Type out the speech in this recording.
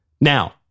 Now